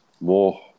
More